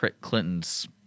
Clinton's